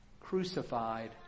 crucified